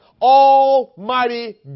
almighty